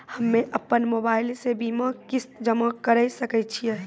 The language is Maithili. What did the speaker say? हम्मे अपन मोबाइल से बीमा किस्त जमा करें सकय छियै?